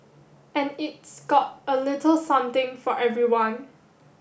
and it's got a little something for everyone